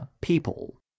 people